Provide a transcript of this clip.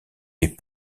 est